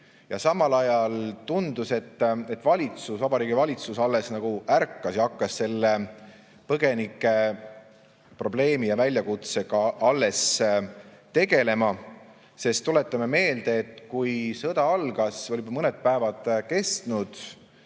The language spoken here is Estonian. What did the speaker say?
Ja samal ajal tundus, et Vabariigi Valitsus alles nagu ärkas ja hakkas selle põgenikeprobleemi ja väljakutsega alles tegelema. Tuletame meelde, et kui sõda algas, oli juba mõned päevad kestnud